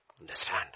Understand